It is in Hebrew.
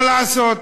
מה לעשות,